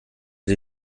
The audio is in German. die